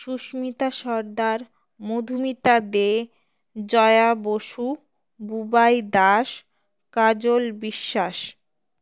Susmita Sardar Madhumita De Jaya Basu Bubai Das Kajal Biswas